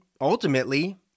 ultimately